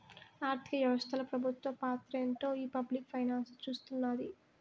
ఆర్థిక వ్యవస్తల పెబుత్వ పాత్రేంటో ఈ పబ్లిక్ ఫైనాన్స్ సూస్తున్నాది